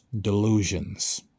delusions